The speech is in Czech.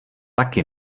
taky